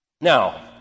Now